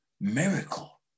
miracle